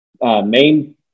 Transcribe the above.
Main